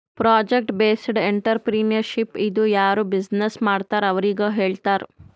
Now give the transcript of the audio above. project based entrepreneurship ಇದು ಯಾರು business ಮಾಡ್ತಾರ್ ಅವ್ರಿಗ ಹೇಳ್ತಾರ್